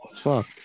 fuck